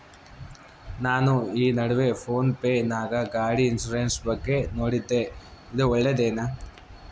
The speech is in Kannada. ನಾನು ಈ ನಡುವೆ ಫೋನ್ ಪೇ ನಾಗ ಗಾಡಿ ಇನ್ಸುರೆನ್ಸ್ ಬಗ್ಗೆ ನೋಡಿದ್ದೇ ಇದು ಒಳ್ಳೇದೇನಾ?